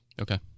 Okay